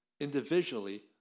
individually